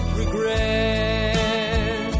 regret